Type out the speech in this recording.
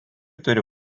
turi